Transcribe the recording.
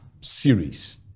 series